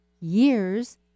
years